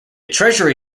treasury